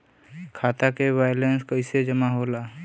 खाता के वैंलेस कइसे जमा होला?